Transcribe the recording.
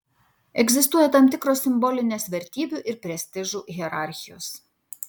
egzistuoja tam tikros simbolinės vertybių ir prestižų hierarchijos